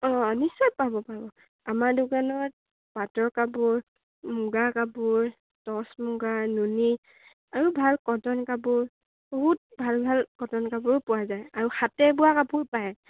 অঁ নিশ্চয় পাব পাব আমাৰ দোকানত পাটৰ কাপোৰ মুগাৰ কাপোৰ তছ মুগা নুনী আৰু ভাল কটন কাপোৰ বহুত ভাল ভাল কটন কাপোৰ পোৱা যায় আৰু হাতে বোৱা কাপোৰ পায়